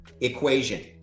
equation